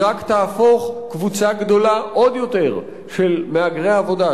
היא רק תהפוך קבוצה גדולה עוד יותר של מהגרי עבודה,